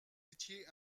étiez